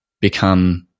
become